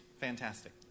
fantastic